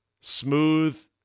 smooth